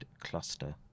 cluster